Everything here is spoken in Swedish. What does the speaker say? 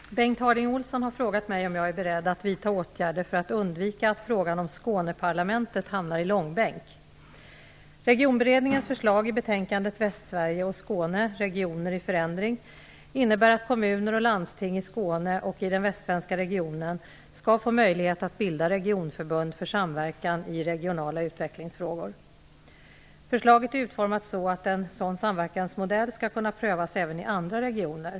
Fru talman! Bengt Harding Olson har frågat mig om jag är beredd att vidta åtgärder för att undvika att frågan om Skåneparlamentet hamnar i långbänk. innebär att kommuner och landsting i Skåne och i den västsvenska regionen skall få möjlighet att bilda regionförbund för samverkan i regionala utvecklingsfrågor. Förslaget är utformat så att en sådan samverkansmodell skall kunna prövas även i andra regioner.